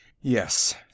Yes